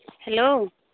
hello